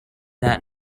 that